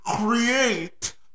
create